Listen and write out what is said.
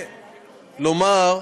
מקבל.